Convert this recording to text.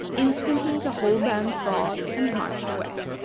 instantly, the whole band thawed and marched away.